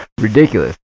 ridiculous